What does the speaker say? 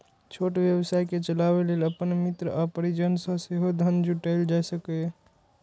छोट व्यवसाय कें चलाबै लेल अपन मित्र आ परिजन सं सेहो धन जुटायल जा सकैए